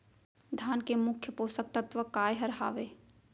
धान के मुख्य पोसक तत्व काय हर हावे?